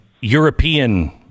european